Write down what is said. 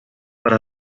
para